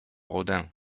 rodin